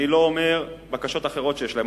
אני לא אומר להיענות לבקשות אחרות שיש להם.